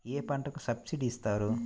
ఏ పంటకు సబ్సిడీ ఇస్తారు?